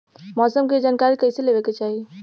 मौसम के जानकारी कईसे लेवे के चाही?